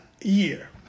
year